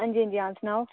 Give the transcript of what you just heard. हां जी हां जी हां सनाओ